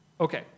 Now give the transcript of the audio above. Okay